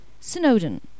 Snowden